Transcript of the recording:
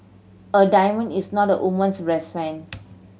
a diamond is not a woman's best friend